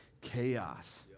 chaos